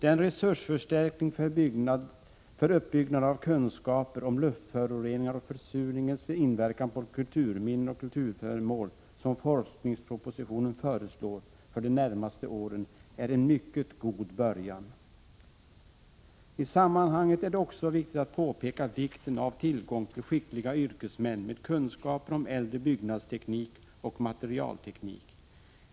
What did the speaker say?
Den resursförstärkning för uppbyggnaden av kunskaper om luftföroreningar och försurningens inverkan på kulturminnen och kulturföremål som forskningspropositionen föreslår för de närmaste åren är en mycket god början. I sammanhanget är det också viktigt att påpeka vikten av tillgång till skickliga yrkesmän med kunskaper om äldre byggnadsteknik och materialteknik.